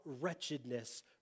wretchedness